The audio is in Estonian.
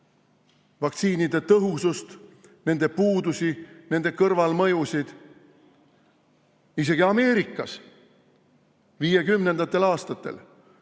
vaktsiinide tõhusust, nende puudusi, nende kõrvalmõjusid. Isegi Ameerikas jäid 1950. aastatel